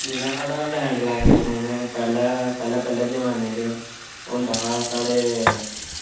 जैह्ड़ा साढ़ा landline phone ऐ पैह्लैं पैह्लैं जमानें च होंदा हा साढ़े